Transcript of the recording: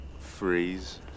Freeze